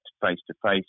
face-to-face